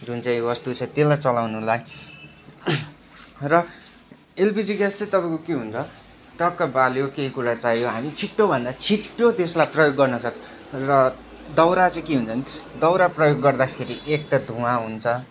जुन चाहिँ वस्तु छ त्यसलाई चलाउनुलाई र एलपिजी ग्यास चाहिँ तपाईँको के हुन्छ टक्क बाल्यो केही कुरा चाहियो हामी छिट्टोभन्दा छिट्टो त्यसलाई प्रयोग गर्नसक्छौँ र दाउरा चाहिँ के हुन्छ भने दाउरा प्रयोग गर्दाखेरि एक त धुवा आउँछ